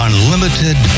unlimited